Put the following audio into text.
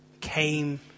Came